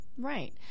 Right